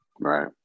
Right